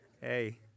Hey